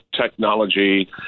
technology